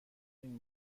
این